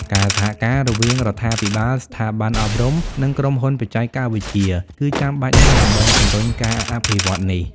ការសហការរវាងរដ្ឋាភិបាល ស្ថាប័នអប់រំ និងក្រុមហ៊ុនបច្ចេកវិទ្យា គឺចាំបាច់ណាស់ដើម្បីជំរុញការអភិវឌ្ឍនេះ។